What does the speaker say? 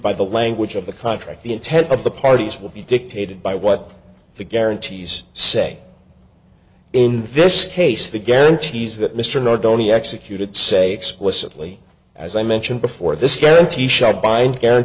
by the language of the contract the intent of the parties will be dictated by what the guarantees say in this case the guarantees that mr nardone executed say explicitly as i mentioned before this guarantee shot by and guarant